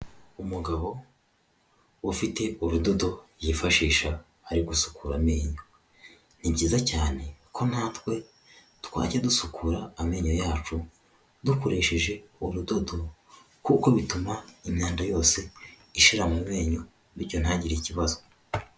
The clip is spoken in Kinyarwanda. Umugabo ufite urudodo yifashisha ari gusukura amenyo, ni byiza cyane ko natwe twajya dusukura amenyo yacu dukoresheje urudodo kuko bituma imyanda yose ishira mu menyo bityo ntagire ikibazo.